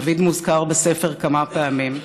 דוד מוזכר בספר כמה פעמים,